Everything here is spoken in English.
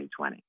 2020